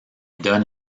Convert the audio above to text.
donne